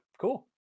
Cool